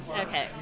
Okay